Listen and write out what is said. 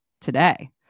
today